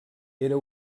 era